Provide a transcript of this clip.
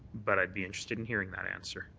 but i'd be interested in hearing that answer.